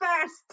first